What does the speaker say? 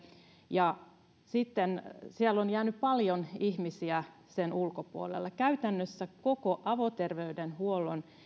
ja sitten siellä on jäänyt paljon ihmisiä sen ulkopuolelle käytännössä koko avoterveydenhuollon